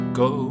go